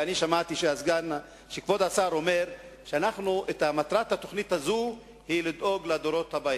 אני שמעתי שכבוד השר אומר שמטרת התוכנית הזאת היא לדאוג לדורות הבאים.